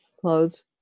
Close